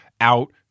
out